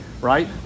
right